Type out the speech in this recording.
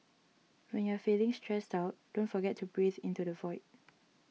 when you are feeling stressed out don't forget to breathe into the void